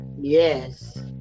yes